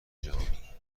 جهانی